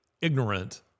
ignorant